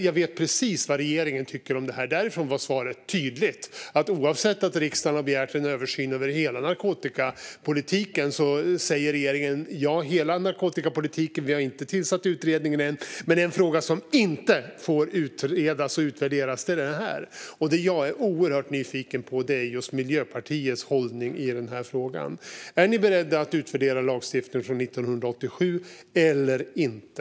Jag vet precis vad regeringen tycker om detta, för därifrån var svaret tydligt: Trots att riksdagen har begärt en översyn av hela narkotikapolitiken säger regeringen - som inte har tillsatt utredningen gällande hela narkotikapolitiken än - att en fråga som inte får utredas och utvärderas är denna. Det jag är oerhört nyfiken på är Miljöpartiets hållning i den här frågan. Är man beredd att utvärdera lagstiftningen från 1987 eller inte?